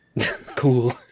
Cool